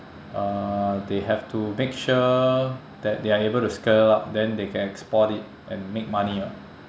uh they have to make sure that they are able to scale up then they can export it and make money [what]